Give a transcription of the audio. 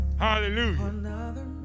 Hallelujah